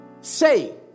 say